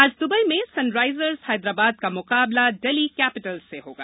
आज दुबई में सनराइजर्स हैदराबाद का मुकाबला डेल्ही कैपिटल्स से होगा